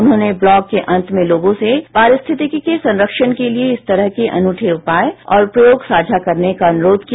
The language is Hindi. उन्होंने ब्लॉग के अंत में लोगों से पारिस्थितिकी के संरक्षण के लिए इस तरह के अनूठे उपाय और प्रयोग साझा करने का अनुरोध किया